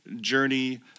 journey